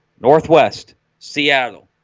northwest seattle